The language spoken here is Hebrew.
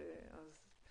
אני